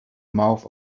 mouth